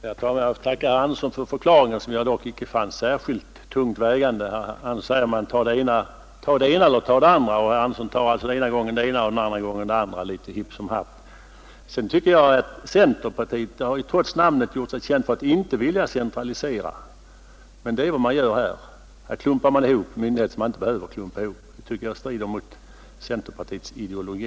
Herr talman! Jag får tacka herr Andersson i Knäred för förklaringen, som jag dock inte fann särskilt tungt vägande. Han säger att man kan göra både det ena och det andra, och herr Andersson väljer första gången det ena och nästa gång det andra — det är hipp som happ. Centerpartiet har vidare trots sitt namn gjort sig känt för att inte vilja centralisera, men det är vad man gör här. Man klumpar nämligen ihop myndigheter, trots att man inte behöver göra det. Jag finner att detta strider mot centerpartiets ideologi.